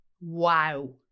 wow